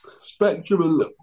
spectrum